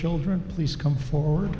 children please come forward